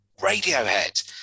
Radiohead